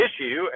issue